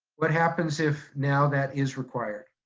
what happens if now that is required?